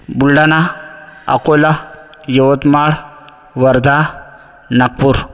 Buldhana Akola Yavatmal Wardha Nagpur